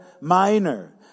Minor